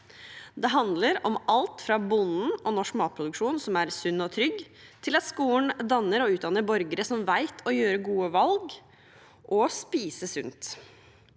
Det handler om alt fra bonden og norsk matproduksjon, som er sunn og trygg, til at skolen danner og utdanner borgere som vet å gjøre gode valg og spise sunt.